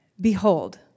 Behold